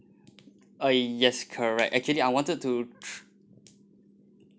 uh yes correct actually I wanted to